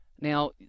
Now